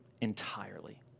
Entirely